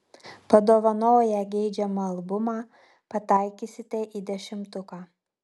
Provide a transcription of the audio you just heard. padovanoję geidžiamą albumą pataikysite į dešimtuką